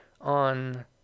on